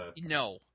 No